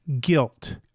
guilt